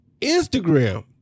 Instagram